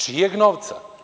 Čijeg novca?